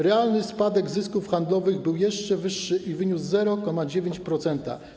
Realny spadek zysków handlowych był jeszcze wyższy i wyniósł 0,9%.